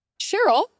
Cheryl